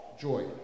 joy